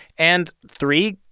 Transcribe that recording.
and three,